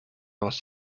was